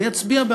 אני אצביע בעד,